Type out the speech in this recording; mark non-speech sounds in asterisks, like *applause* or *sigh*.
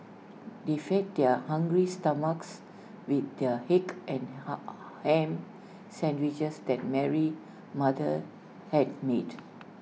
they fed their hungry stomachs with the egg and *unintelligible* Ham Sandwiches that Mary's mother had made